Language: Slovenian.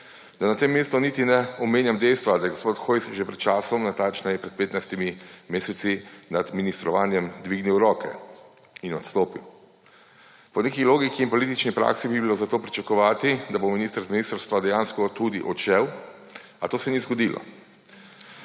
Da na tem mestu niti ne omenjam dejstva, da je gospod Hojs že pred časom, natančneje pred 15 meseci, nad ministrovanjem dvignil roke in odstopil. Po neki logiki in politični praksi bi bilo zato pričakovati, da bo minister z ministrstva dejansko tudi odšel, a to se ni zgodilo.